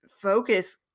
focus